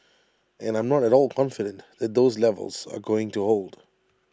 and I'm not at all confident that those levels are going to hold